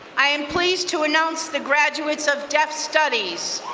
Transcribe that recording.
i am pleased to announce the graduates of deaf studies.